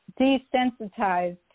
desensitized